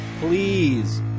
Please